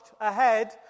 ahead